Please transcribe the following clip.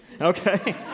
Okay